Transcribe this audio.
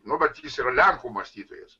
nu bet jis yra lenkų mąstytojas